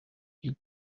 you